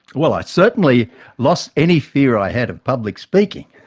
well i certainly lost any fear i had of public speaking.